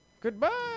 Goodbye